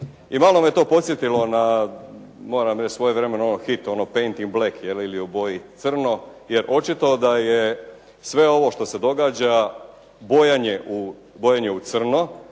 I malo me to podsjetilo na moram reći svojevremeno ono hit ono “Paint on black“ je li ili oboji crno. Jer očito da je sve ovo što se događa bojanje u crno